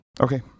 Okay